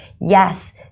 yes